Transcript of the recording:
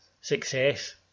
success